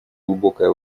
глубокое